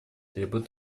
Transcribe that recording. требует